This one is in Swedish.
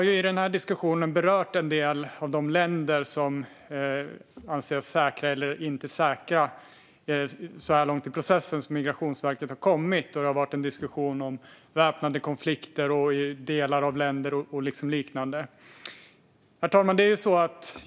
Vi har i den här diskussionen berört en del av de länder som anses säkra eller inte säkra så här långt i processen som Migrationsverket har kommit, och det har varit en diskussion om väpnade konflikter, delar av länder och liknande.